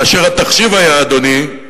כאשר התחשיב, אדוני,